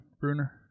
Bruner